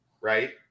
Right